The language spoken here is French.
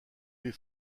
les